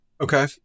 Okay